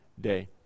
day